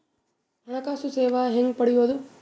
ಹಣಕಾಸು ಸೇವಾ ಹೆಂಗ ಪಡಿಯೊದ?